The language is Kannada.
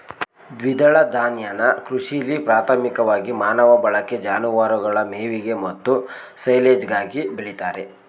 ದ್ವಿದಳ ಧಾನ್ಯನ ಕೃಷಿಲಿ ಪ್ರಾಥಮಿಕವಾಗಿ ಮಾನವ ಬಳಕೆ ಜಾನುವಾರುಗಳ ಮೇವಿಗೆ ಮತ್ತು ಸೈಲೆಜ್ಗಾಗಿ ಬೆಳಿತಾರೆ